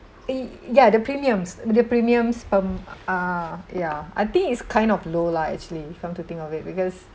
ya the premiums the premiums per m~ uh ya I think it's kind of low lah actually come to think of it because